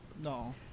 No